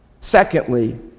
Secondly